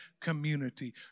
community